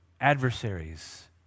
adversaries